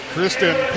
Kristen